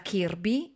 Kirby